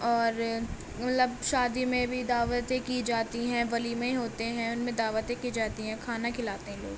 اور مطلب شادی میں بھی دعوتیں کی جاتی ہیں ولیمے ہوتے ہیں ان میں دعوتیں کی جاتی ہیں کھانا کھلاتے ہیں لوگ